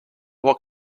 what